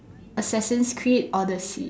Assassin's Creed Odyssey